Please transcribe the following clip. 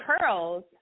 curls